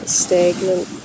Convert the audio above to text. stagnant